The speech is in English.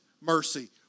mercy